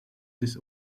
this